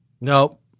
Nope